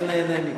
אני נהנה.